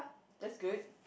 that's good